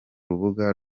rubuga